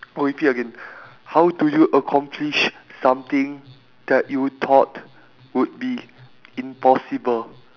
repeat again how do you accomplish something that you thought would be impossible